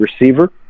receiver